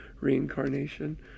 reincarnation